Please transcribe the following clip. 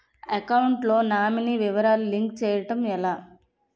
Account లో nominee వివరాలు link చేయటం ఎలా?